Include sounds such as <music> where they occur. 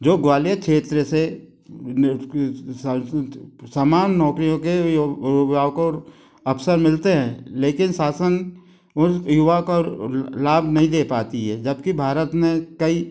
जो ग्वालियर क्षेत्र से <unintelligible> समान नौकरियों के <unintelligible> अवसर मिलते है लेकिन शासन उस युवा का लाभ नहीं दे पाती है जब कि भारत में कई